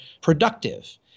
productive